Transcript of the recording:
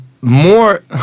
more